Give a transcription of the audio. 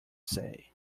say